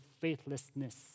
faithlessness